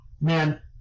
man